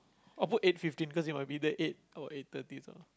or put eight fifteen because he might be there eight or eight thirty sort of